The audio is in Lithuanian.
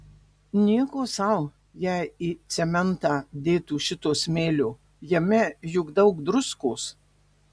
nieko sau jei į cementą dėtų šito smėlio jame juk daug druskos